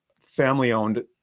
family-owned